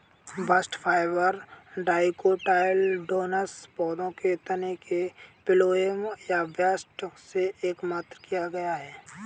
bast fibre dicotyledonous पौधों के तने के फ्लोएम या बस्ट से एकत्र किया गया है